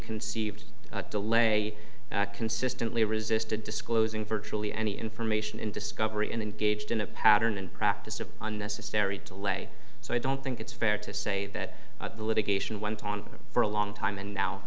conceived delay consistently resisted disclosing virtually any information in discovery and engaged in a pattern and practice of unnecessary delay so i don't think it's fair to say that the litigation went on for a long time and now